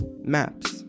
Maps